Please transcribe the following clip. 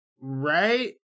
Right